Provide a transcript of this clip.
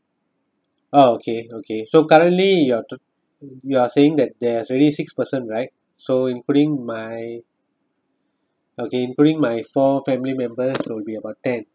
oh okay okay so currently you are you are saying that there has already six person right so including my okay including my four family members will be about ten